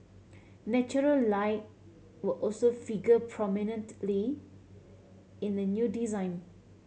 natural light will also figure prominently in the new design